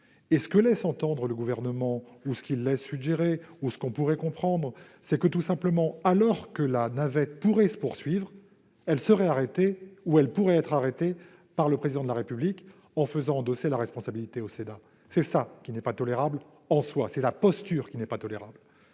Ce que laisse entendre le Gouvernement, ou ce qu'il laisse suggérer, ou ce que l'on pourrait comprendre, c'est que, alors que la navette pourrait se poursuivre, elle serait arrêtée ou elle pourrait être arrêtée par le Président de la République, qui ferait endosser la responsabilité de cet échec au Sénat. C'est cette posture qui n'est pas tolérable